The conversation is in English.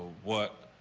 what.